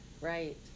right